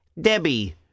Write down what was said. Debbie